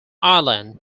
island